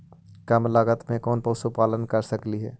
कम लागत में कौन पशुपालन कर सकली हे?